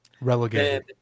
relegated